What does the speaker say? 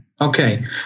okay